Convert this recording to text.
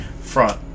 front